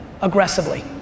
aggressively